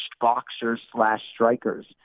boxers-slash-strikers